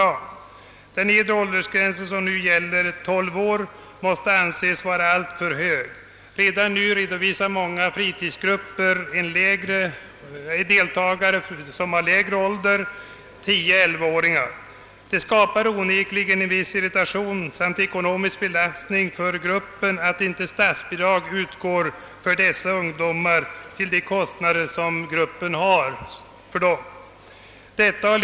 i statsbidragsberättigad fritidsgrupp som för närvarande gäller — 12 år — måste anses vara alltför hög. Redan nu redovisar många fritidsgrupper yngre deltagare, 10—11-åringar, och det skapar onekligen en viss irritation samt ekonomisk belastning för gruppen att inte statsbidrag utgår till de kostnader gruppen har för dessa ungdomar.